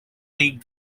league